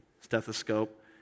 stethoscope